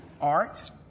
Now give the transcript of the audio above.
Art